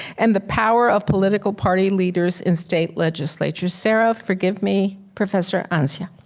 and the power of political party leaders in state legislature. sarah, forgive me, professor anzia.